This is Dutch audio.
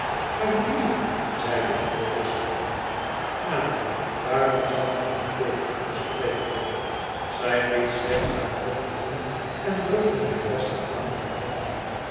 maar lieve zeide ik berispend ada waarom zoudt ge niet tegen ons spreken zij liet slechts haar hoofd hangen en drukte mij vaster aan haar hart